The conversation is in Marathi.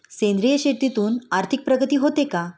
सेंद्रिय शेतीतून आर्थिक प्रगती होते का?